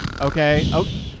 Okay